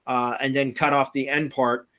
and then cut off the end part.